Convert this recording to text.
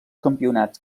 campionats